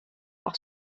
par